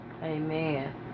Amen